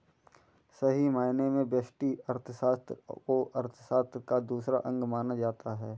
सही मायने में व्यष्टि अर्थशास्त्र को अर्थशास्त्र का दूसरा अंग माना जाता है